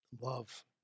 love